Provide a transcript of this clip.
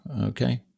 okay